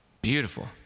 Beautiful